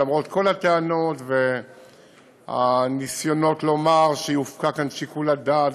ולמרות כל הטענות והניסיונות לומר שיופקע כאן שיקול הדעת,